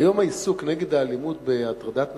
היום בעיסוק נגד אלימות והטרדת נשים,